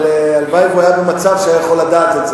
אבל הלוואי שהוא היה במצב שהוא היה יכול לדעת את זה.